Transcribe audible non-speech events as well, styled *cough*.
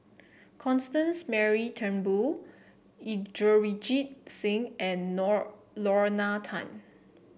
Constance Mary Turnbull Inderjit Singh and *unintelligible* Lorna Tan